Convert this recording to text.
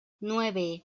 nueve